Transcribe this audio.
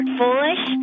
foolish